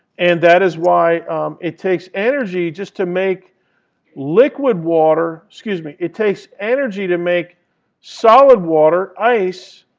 and that is why it takes energy just to make liquid water excuse me, it takes energy to make solid water, ice,